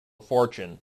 fortune